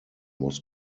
was